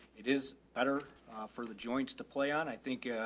it is better for the joints to play on. i think, ah,